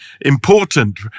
important